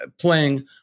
playing